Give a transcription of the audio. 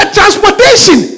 Transportation